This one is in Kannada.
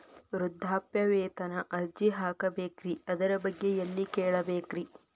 ವೃದ್ಧಾಪ್ಯವೇತನ ಅರ್ಜಿ ಹಾಕಬೇಕ್ರಿ ಅದರ ಬಗ್ಗೆ ಎಲ್ಲಿ ಕೇಳಬೇಕ್ರಿ?